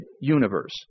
universe